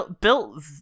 Built